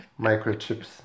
microchips